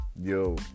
Yo